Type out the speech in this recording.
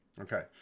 Okay